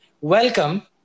welcome